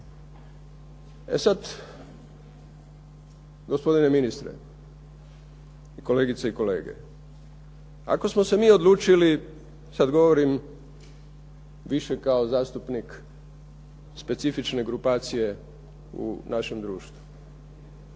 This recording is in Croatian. E sada, gospodine ministre, kolegice i kolege, ako smo se mi odlučili, sada govorim više kao zastupnik specifične grupacije u našem društvu.